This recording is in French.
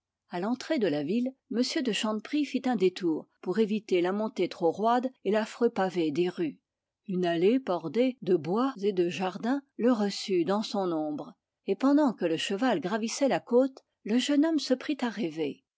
à l'entrée de la ville m de chanteprie fit un détour pour éviter la montée trop roide et l'affreux pavé des rues une allée bordée de jardins le reçut dans son ombre et pendant que le cheval gravissait la côte le jeune homme se prit à rêver